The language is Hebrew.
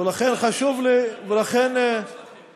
ולכן חשוב, ההשלכות שלה.